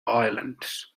islands